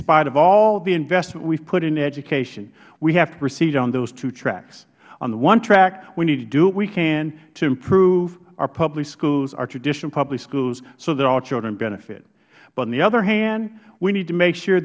spite of all the investment we have put into education we have to proceed on those two tracks on the one track we need to do what we can to improve our public schools our traditional public schools so that all children benefit but on the other hand we need to make sure